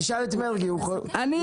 שיאנית החוקים בחוק ההסדרים,